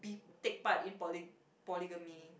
take part in poly~ polygamy